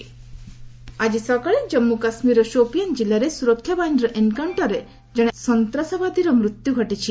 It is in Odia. ଜେକେ ଏନ୍କାଉଣ୍ଟର ଆଜି ସକାଳେ ଜାନ୍ମୁ କାଶ୍ମୀରର ସୋଫିଆନ୍ ଜିଲ୍ଲାରେ ସୁରକ୍ଷା ବାହିନୀର ଏନ୍କାଉଷ୍ଟରରେ କଣେ ସନ୍ତାସବାଦୀର ମୃତ୍ୟୁ ଘଟିଛି